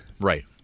Right